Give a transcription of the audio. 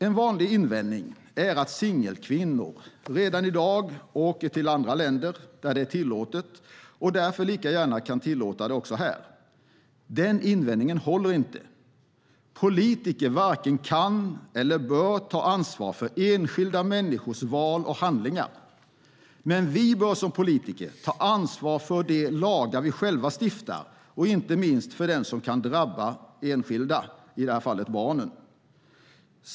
En vanlig invändning är att singelkvinnor redan i dag åker till andra länder där det är tillåtet och att vi därför lika gärna kan tillåta det även här. Den invändningen håller inte. Politiker varken kan eller bör ta ansvar för enskilda människors val och handlingar. Men vi bör som politiker ta ansvar för de lagar vi själva stiftar, inte minst för dem som drabbar enskilda, i det här fallet barnen.